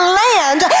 land